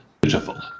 beautiful